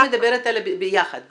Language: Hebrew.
אני מדברת על 'יחד', בדיוק.